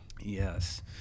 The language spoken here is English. Yes